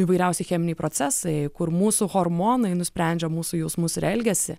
įvairiausi cheminiai procesai kur mūsų hormonai nusprendžia mūsų jausmus ir elgesį